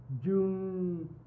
June